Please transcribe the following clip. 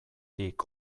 dik